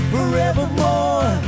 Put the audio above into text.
Forevermore